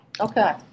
Okay